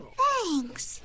thanks